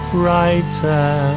brighter